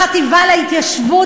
החטיבה להתיישבות,